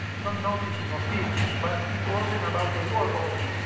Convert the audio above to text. not noticing of this? but it wasn't about the war only,